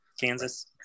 Kansas